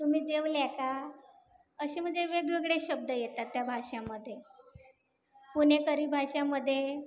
तुम्ही जेवल्या का असे म्हणजे वेगवेगळे शब्द येतात त्या भाषेमध्ये पुणेकरी भाषेमध्ये